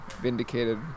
vindicated